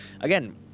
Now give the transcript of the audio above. again